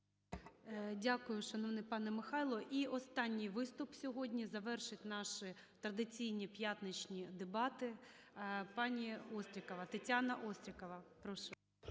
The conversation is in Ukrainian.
Дякую, шановний пане Михайло. І останній виступ. Сьогодні завершить наші традиційні п'ятничні дебати пані Острікова. Тетяна Острікова, прошу.